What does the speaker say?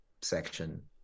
section